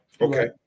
Okay